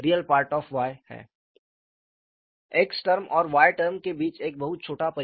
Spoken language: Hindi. x टर्म और y टर्म के बीच एक बहुत छोटा परिवर्तन है